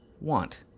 want